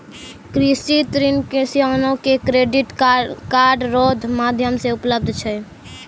कृषि ऋण किसानो के क्रेडिट कार्ड रो माध्यम से उपलब्ध छै